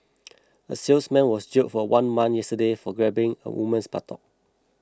a salesman was jailed for one month yesterday for grabbing a woman's buttock